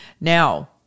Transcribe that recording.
Now